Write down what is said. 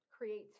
Creates